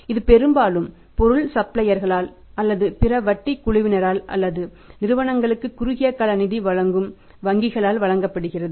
இது பெரும்பாலும் பொருள் சப்ளையர்களால் அல்லது பிற வட்டி குழுவினர் அதாவது நிறுவனங்களுக்கு குறுகியகால நிதி வழங்கும் வங்கிகளால் விரும்பப்படுகிறது